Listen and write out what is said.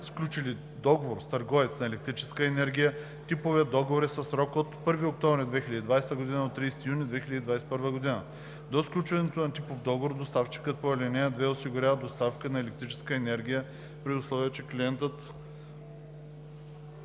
сключили договор с търговец на електрическа енергия. Типовият договор е със срок от 1 октомври 2020 г. до 30 юни 2021 г. До сключването на типовия договор доставчикът по ал. 2 осигурява доставката на електрическа енергия, при условие че клиентът